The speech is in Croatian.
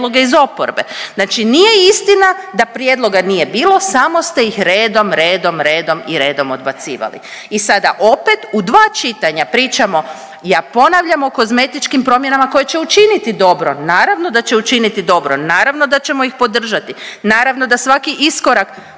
prijedloge iz oporbe? Znači nije istina da prijedloga nije bilo samo ste ih redom, redom, redom i redom odbacivali i sada opet u dva čitanja pričamo ja ponavljam o kozmetičkim promjenama koje će učiniti dobro, naravno da će učiniti dobro, naravno da ćemo ih podržati, naravno da svaki iskorak